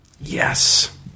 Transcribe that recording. Yes